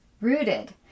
rooted